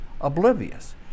oblivious